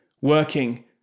working